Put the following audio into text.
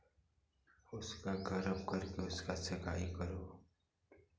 उसका गरम करके उसका सेकाई करो